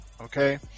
okay